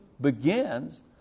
begins